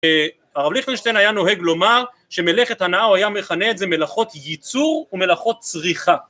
הרב ליכטנשטיין היה נוהג לומר שמלאכת הנאה, הוא היה מכנה את זה: מלאכות ייצור ומלאכות צריכה